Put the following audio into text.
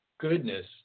goodness